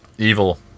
Evil